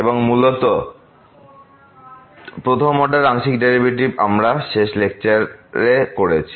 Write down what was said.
সুতরাং মূলত প্রথম অর্ডারের আংশিক ডেরিভেটিভস আমরা শেষ লেকচারে করেছি